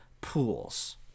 Pools